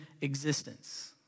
existence